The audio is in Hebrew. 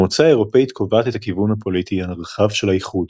המועצה האירופית קובעת את הכיוון הפוליטי הרחב של האיחוד.